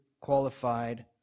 qualified